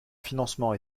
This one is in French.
financement